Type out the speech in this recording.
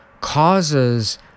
causes